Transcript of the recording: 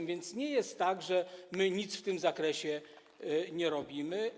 A więc nie jest tak, że my nic w tym zakresie nie robimy.